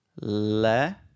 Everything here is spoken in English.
le